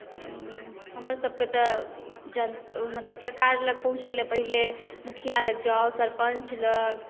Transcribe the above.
हमरासभके तऽ जन मतलब सरकार लग पहुँचय लेल पहिने मुखिया लग जाउ सरपञ्च लग